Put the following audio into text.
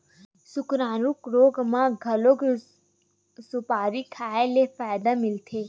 सुकरानू रोग म घलो सुपारी खाए ले फायदा मिलथे